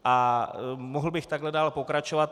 A mohl bych takhle dál pokračovat.